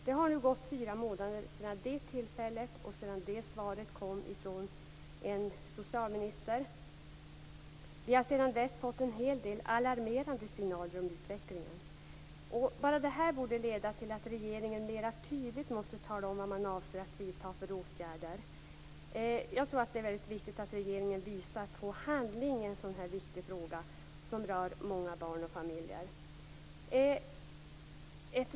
Det har nu gått fyra månader sedan det svaret kom från en socialminister, och vi har sedan dess fått en hel del alarmerande signaler om utvecklingen. Detta borde leda till att regeringen mera tydligt måste tala om vad man avser att vidta för åtgärder. Jag tror att det är väldigt viktigt att regeringen visar handling i en så här viktig fråga, som rör många barn och familjer.